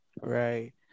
right